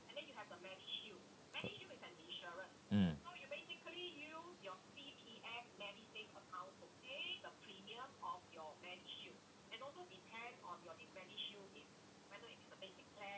mm